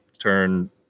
turn